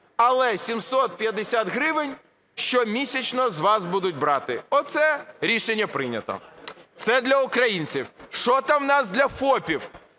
але 750 гривень щомісячно з вас будуть брати. Оце рішення прийнято, це для українців. Що там у нас для ФОПів?